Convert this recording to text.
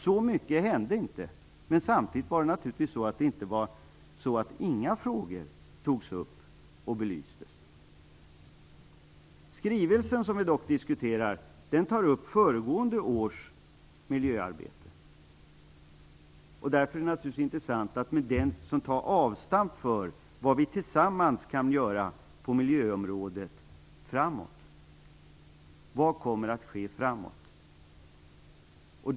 Så mycket hände inte, men samtidigt var det naturligtvis inte på det sättet att inga frågor togs upp och belystes. I skrivelsen som vi diskuterar tas föregående års miljöarbete upp. Därför är det naturligtvis intressant att utifrån den göra avstamp för vad vi tillsammans kan göra på miljöområdet framåt i tiden. Vad kommer att ske framåt i tiden?